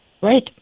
Right